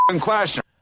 question